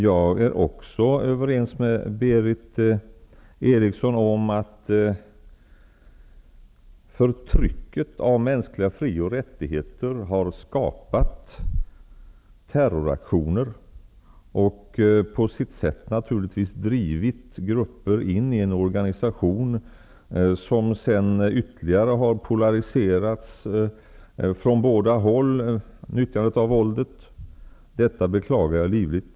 Jag är också överens med Berith Eriksson om att förtrycket av mänskliga fri och rättigheter har skapat terroraktioner och på sitt sätt drivit grupper in i en organisation som sedan ytterligare har polariserats från båda håll genom nyttjande av våld. Detta beklagar jag livligt.